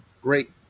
great